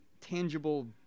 tangible